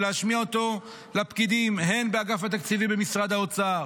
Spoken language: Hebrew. ולהשמיע אותו לפקידים הן באגף התקציבים במשרד האוצר